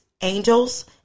angels